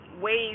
ways